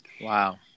Wow